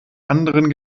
anderen